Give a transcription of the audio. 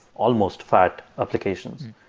almost fat applications.